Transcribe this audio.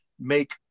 make